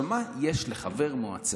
מה יש לחבר מועצה?